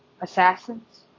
Assassins